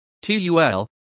TUL